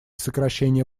сокращение